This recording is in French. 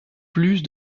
plus